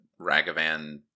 Ragavan